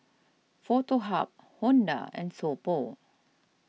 Foto Hub Honda and So Pho